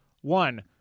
one